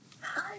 Hi